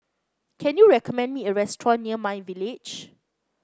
can you recommend me a restaurant near my Village